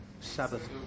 Sabbath